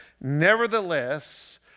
Nevertheless